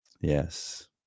Yes